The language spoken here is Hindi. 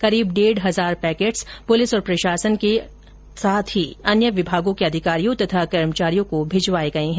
करीब डेढ हजार पैकेट्स पुलिस और प्रशासन के अन्य विभागों के अधिकारियों तथा कर्मचारियों को भिजवाए गए हैं